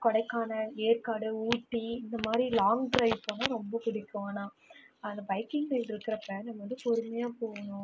கொடைக்கானல் ஏற்காடு ஊட்டி இந்த மாதிரி long drive போனால் ரொம்ப பிடிக்கும் ஆனால் அந்த பைக்கிங் ரைட்ருக்கிறப்ப நம்ம வந்து பொறுமையாக போகணும்